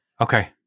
okay